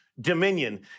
dominion